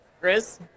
Chris